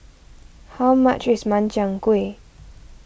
how much is Makchang Gui